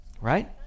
right